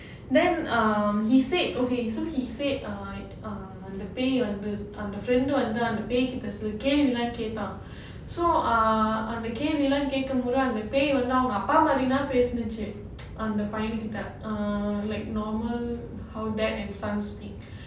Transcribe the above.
then ah he said okay so he said ah ah அந்த பேய் வந்து அந்த:andha pei vanthu antha friend வந்து அந்த பேய்கிட்ட சில கேள்விலாம் கேட்டுச்சா:vandhu andha peikita sila kelvilaam ketuchcha so ah அந்த கேள்விலாம் கேக்கும்போது அந்த பேய் வந்து அவங்க அப்பா மாதிரிதா பேசுனச்சு:andha kelvilaam kekumpodhu andha pei vandhu avanga appa maathiridha pesunuchu ah like normal how dad and son speak